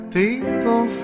people